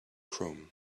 chrome